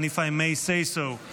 and if I may say so,